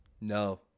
No